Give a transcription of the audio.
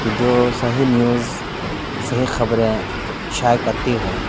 کہ جو صحیح نیوز صحیح خبریں شائع کرتی ہوں